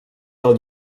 del